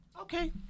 Okay